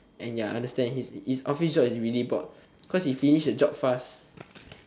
and ya understand he he's office job is really bored cause he finish his job fast